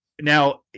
Now